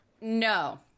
No